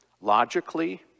logically